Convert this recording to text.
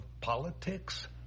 politics